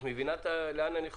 את מבינה לאן אני חותר?